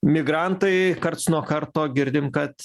migrantai karts nuo karto girdim kad